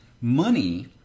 money